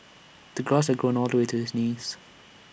the grass had grown all the way to his knees